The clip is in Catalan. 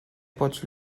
pots